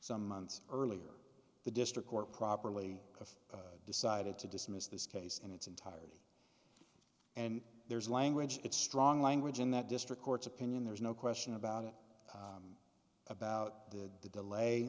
some months earlier the district court properly of decided to dismiss this case in its entirety and there's language it's strong language in that district court's opinion there's no question about it about the delay